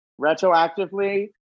retroactively